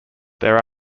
there